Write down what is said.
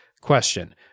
question